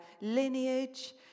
lineage